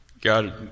God